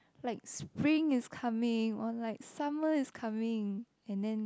like spring is coming or like summer is coming and then